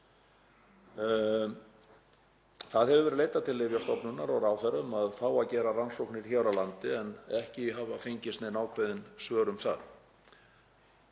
Það hefur verið leitað til Lyfjastofnunar og ráðherra um að fá að gera rannsóknir hér á landi en ekki hafa fengist nein ákveðin svör um það.